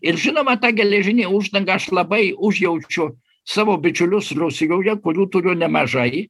ir žinoma ta geležinė uždanga aš labai užjaučiu savo bičiulius rusijoje kurių turiu nemažai